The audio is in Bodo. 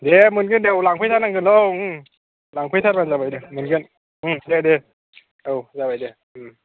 दे मोनगोन दे औ लांफैनांगोन औ लांफैथारोब्ला मोनगोन दे दे औ जाबाय दे